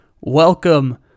Welcome